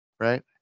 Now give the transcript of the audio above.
Right